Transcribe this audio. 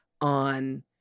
on